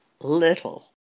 little